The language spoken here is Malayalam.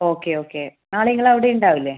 ഓക്കെ ഓക്കെ നാളെ നിങ്ങൾ അവിടെ ഉണ്ടാവില്ലേ